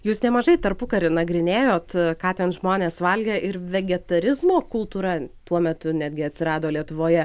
jūs nemažai tarpukarį nagrinėjot ką ten žmonės valgė ir vegetarizmo kultūra tuo metu netgi atsirado lietuvoje